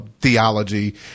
theology